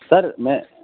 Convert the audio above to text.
سر میں